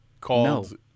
called